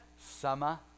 Summer